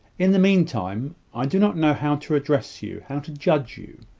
in the mean time, i do not know how to address you how to judge you.